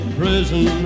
prison